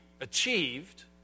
achieved